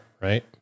right